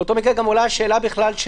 באותו מקרה גם עולה שאלה נוספת,